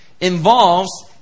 involves